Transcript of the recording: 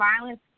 violence